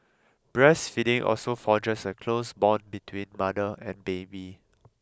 breastfeeding also forges a close bond between mother and baby